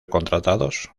contratados